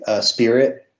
spirit